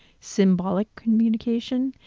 symbolic communication,